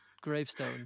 gravestone